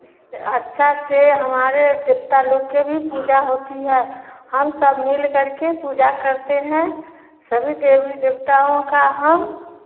अच्छा से हमारे पिता लोग के भी पूजा होती है हम सब मिलकर के पूजा करते हैं सभी देवी देवताओं का हम